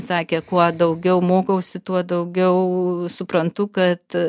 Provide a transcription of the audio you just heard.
sakė kuo daugiau mokausi tuo daugiau suprantu kad